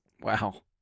Wow